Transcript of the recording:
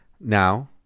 Now